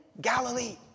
Galilee